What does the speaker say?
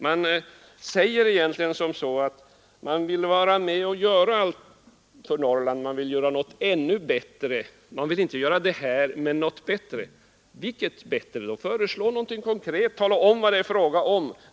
Man säger här att man vill vara med och göra allt för Norrland, men man vill inte göra detta utan någonting bättre. Jag skulle respektera dessa synpunkter om man kunde komma med ett konkret förslag och talade om vad det är fråga om.